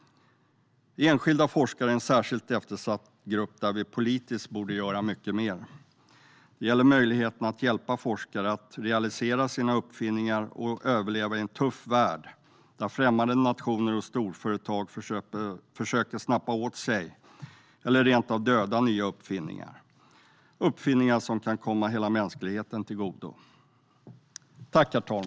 Enskilda forskare är en särskilt eftersatt grupp som vi borde göra mycket mer för politiskt. Det gäller möjligheterna att hjälpa forskare att realisera sina uppfinningar och överleva i en tuff värld där främmande nationer och storföretag försöker snappa åt sig, eller rentav döda nya uppfinningar. Det är uppfinningar som kan vara till godo för hela mänskligheten.